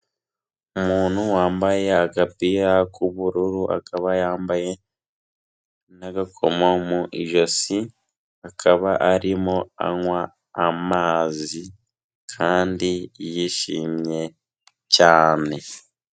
Umuntu wambaye agapira k'ubururu, akaba yambaye n'agakoma mu ijosi. Akaba arimo anywa amazi kandi yishimye cyane.